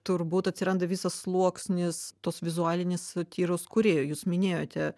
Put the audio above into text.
turbūt atsiranda visas sluoksnis tos vizualinės satyros kūrėjų jūs minėjote